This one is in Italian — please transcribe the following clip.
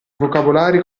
vocabolari